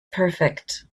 perfect